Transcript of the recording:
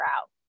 out